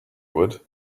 would